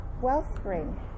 Wellspring